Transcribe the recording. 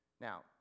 Now